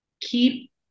keep